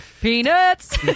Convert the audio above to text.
Peanuts